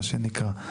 מה שנקרא.